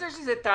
יש לזה תהליך